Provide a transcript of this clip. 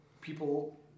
people